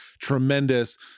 tremendous